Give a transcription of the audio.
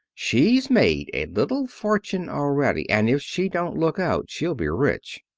she's made a little fortune already, and if she don't look out she'll be rich.